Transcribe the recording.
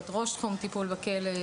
או את ראש תחום טיפול בכלא,